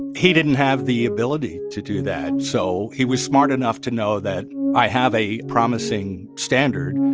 he didn't have the ability to do that. so he was smart enough to know that i have a promising standard,